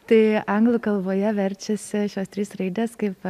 tai anglų kalboje verčia šios trys raidės kaip